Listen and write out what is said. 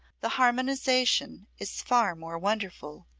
the harmonization is far more wonderful,